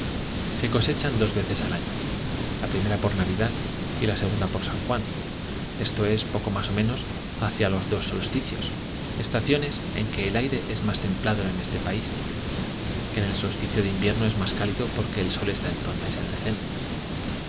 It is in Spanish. se cosechan dos veces al año la primera por navidad y la segunda por san juan esto es poco más o menos hacia los dos solsticios estaciones en que el aire es más templado en este país que en el solsticio de invierno es más cálido porque el sol está entonces en el cénit